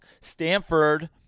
Stanford –